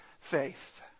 faith